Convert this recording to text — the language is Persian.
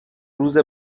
روز